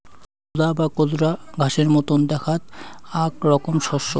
কোদা বা কোদরা ঘাসের মতন দ্যাখাত আক রকম শস্য